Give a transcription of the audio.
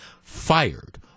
fired